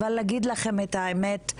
אבל להגיד לכם את האמת,